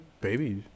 Babies